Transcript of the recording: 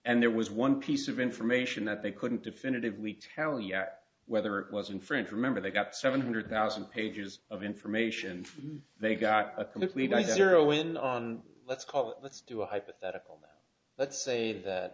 and there was one piece of information that they couldn't definitively tell yet whether it was infringed remember they got seven hundred thousand pages of information they got a complete nice zero in on let's call let's do a hypothetical let's say that